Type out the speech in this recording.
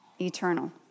eternal